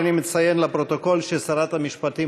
אני מציין לפרוטוקול ששרת המשפטים